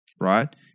right